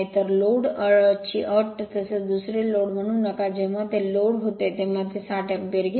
तर लोड ची अट तसेच दुसरे लोड म्हणू नका जेव्हा ते लोड होते तेव्हा ते 60 अँपिअर घेते